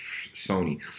Sony